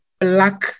black